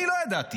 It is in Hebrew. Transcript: אני לא ידעתי,